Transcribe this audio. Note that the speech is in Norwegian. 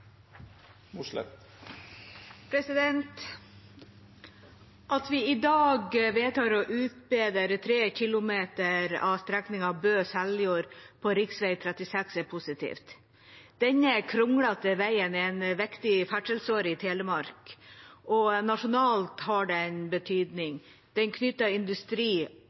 At vi i dag vedtar å utbedre tre kilometer av strekningen Bø–Seljord på rv. 36, er positivt. Denne kronglete veien er en viktig ferdselsåre i Telemark, og nasjonalt har den betydning. Den knytter industri,